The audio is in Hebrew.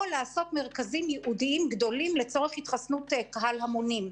או לעשות מרכזים ייעודיים גדולים לצורך התחסנות קהל המונים,